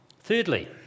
Thirdly